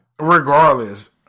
Regardless